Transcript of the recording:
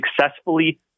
successfully